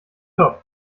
top